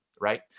right